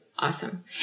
Awesome